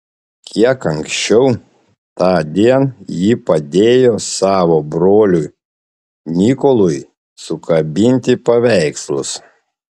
kiek anksčiau tądien ji padėjo savo broliui nikolui sukabinti paveikslus